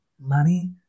money